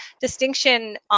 distinction